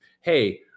Hey